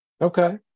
Okay